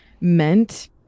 meant